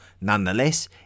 Nonetheless